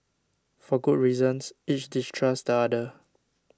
for good reasons each distrusts the other